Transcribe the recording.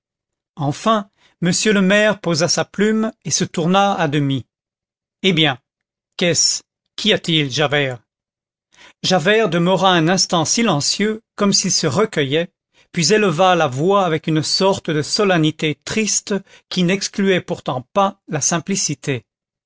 enfin m le maire posa sa plume et se tourna à demi eh bien qu'est-ce qu'y a-t-il javert javert demeura un instant silencieux comme s'il se recueillait puis éleva la voix avec une sorte de solennité triste qui n'excluait pourtant pas la simplicité